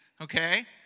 Okay